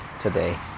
today